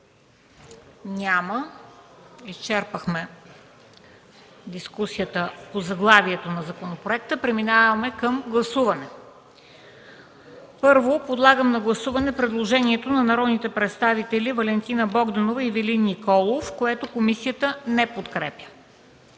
Няма. Изчерпахме дискусията по заглавието на законопроекта. Преминаваме към гласуване. Първо, подлагам на гласуване предложението на народните представители Валентина Богданова и Ивелин Николов, което комисията не подкрепя.